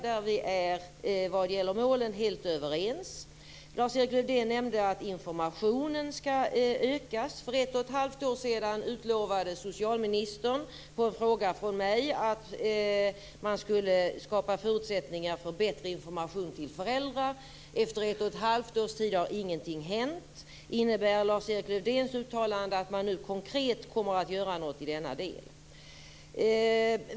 Där är vi vad gäller målen helt överens. Lars-Erik Lövdén nämnde att informationen skall ökas. För ett och ett halvt år sedan utlovade socialministern på en fråga från mig att man skulle skapa förutsättningar för bättre information till föräldrar. Efter ett och ett halvt års tid har ingenting hänt. Innebär Lars-Erik Lövdéns uttalande att man nu konkret kommer att göra något i denna del?